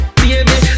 baby